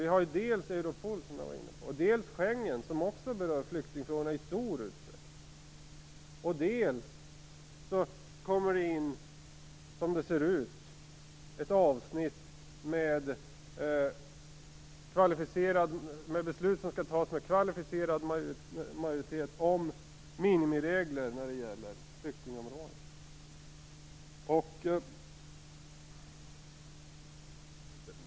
Vi har dels Europol, som jag var inne på, dels Schengen, som också berör flyktingfrågorna i stor utsträckning, och dels kommer det som det ser ut in ett avsnitt med beslut som skall fattas med kvalificerad majoritet om minimiregler när det gäller flyktingområdet.